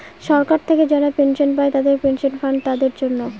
সরকার থেকে যারা পেনশন পায় পেনশন ফান্ড তাদের জন্য